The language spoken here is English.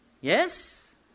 Yes